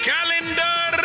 Calendar